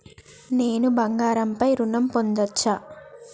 నేను బంగారం పై ఋణం పొందచ్చా?